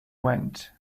went